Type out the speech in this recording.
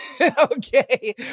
Okay